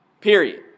Period